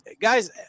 Guys